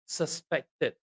suspected